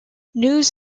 news